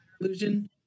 illusion